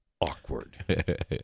awkward